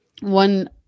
one